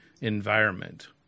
environment